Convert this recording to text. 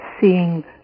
seeing